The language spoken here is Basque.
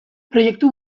proiektu